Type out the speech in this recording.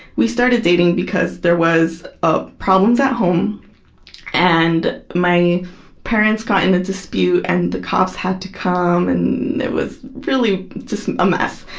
we started dating because there was ah problems at home and my parents got in a dispute and the cops had to come and it was really just a mess.